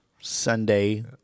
Sunday